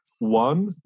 one